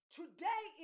today